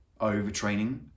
overtraining